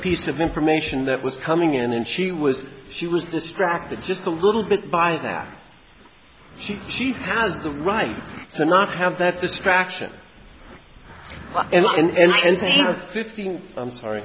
piece of information that was coming in and she was she was distracted just a little bit by that she she has the right to not have that distraction and